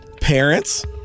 parents